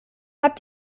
habt